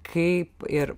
kaip ir